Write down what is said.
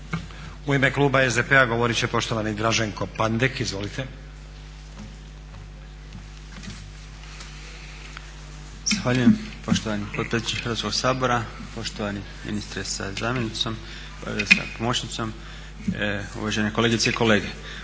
U ime kluba SDP-a govorit će poštovani Draženko Pandek, izvolite. **Pandek, Draženko (SDP)** Zahvaljujem poštovani potpredsjedniče Hrvatskog sabora, poštovani ministre sa zamjenicom, sa pomoćnicom, uvažene kolegice i kolege.